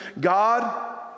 God